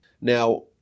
Now